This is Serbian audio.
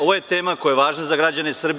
Ovo je tema koja je važna za građane Srbije.